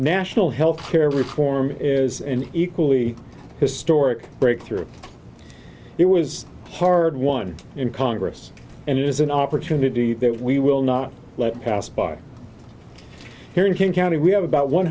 national health care reform is an equally historic breakthrough it was hard won in congress and it is an opportunity that we will not let pass by here in king county we have about one